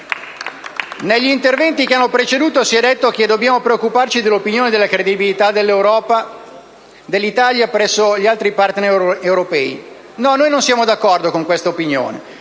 Negli interventi che mi hanno preceduto si è detto che dobbiamo preoccuparci dell'opinione e della credibilità dell'Italia presso gli altri *partner* europei; noi non siamo d'accordo con questa opinione.